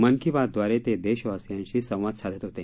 मन की बात द्वारे ते देशवासियांशी संवाद साधत होते